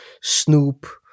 Snoop